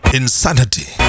insanity